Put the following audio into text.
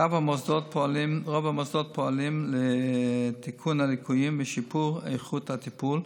רוב המוסדות פועלים לתיקון הליקויים ולשיפור איכות הטיפול,